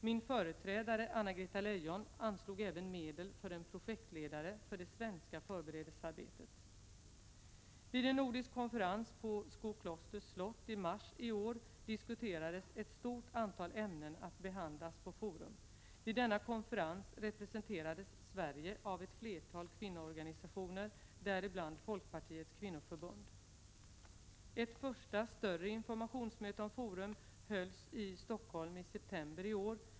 Min företrädare, Anna-Greta Leijon, anslog även medel för en projektledare för det svenska förberedelsearbetet. Vid en nordisk konferens på Skoklosters slott i mars i år diskuterades ett stort antal ämnen att behandlas på Forum. Vid denna konferens representerades Sverige av ett flertal kvinnoorganisationer, däribland Folkpartiets kvinnoförbund. Ett första större informationsmöte om Forum hölls i Stockholm i september i år.